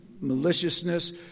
maliciousness